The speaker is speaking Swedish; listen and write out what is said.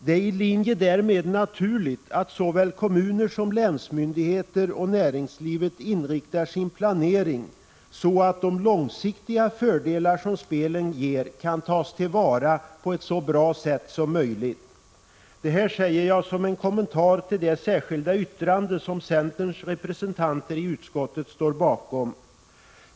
Det är i linje därmed naturligt att såväl kommuner som länsmyndigheter och näringslivet inriktar sin planering så att de långsiktiga fördelar spelen ger kan tas till vara på ett så bra sätt som möjligt. Detta säger jag som en kommentar till det särskilda yttrande som centerns representanter i utskottet står bakom.